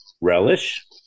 relish